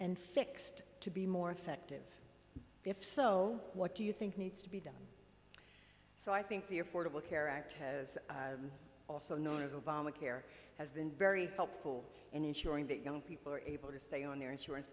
and fixed to be more effective if so what do you think needs to be done so i think the affordable care act has also known as obamacare has been very helpful in ensuring that young people are able to stay on their insurance